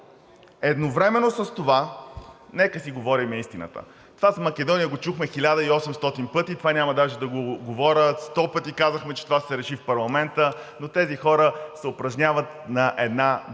Едновременно с това нека си говорим истината. Това за Македония го чухме хиляда и осемстотин пъти, а това няма даже да го говоря. Сто пъти казахме, че това ще се реши в парламента, но тези хора се упражняват на една дъвка,